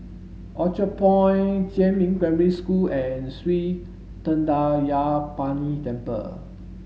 Orchard Point Jiemin Primary School and Sri Thendayuthapani Temple